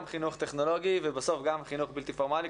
גם חינוך טכנולוגי ובסוף גם חינוך בלתי פורמלי.